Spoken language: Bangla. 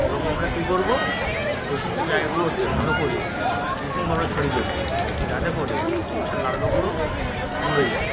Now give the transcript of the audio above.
এবং আমরা কি করব ওই সমস্ত জায়গাগুলোতে ভালো করে ব্লিচিং পাউডার ছড়িয়ে দেব যাতে করে মশার লার্ভাগুলো মরে যায়